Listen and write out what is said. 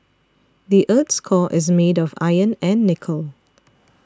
the earth's core is made of iron and nickel